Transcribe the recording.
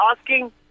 asking